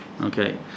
Okay